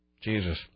Jesus